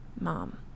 mom